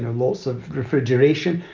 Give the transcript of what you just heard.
know, lots of refrigeration.